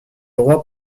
roi